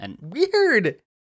Weird